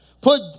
Put